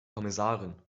kommissarin